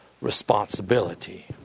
responsibility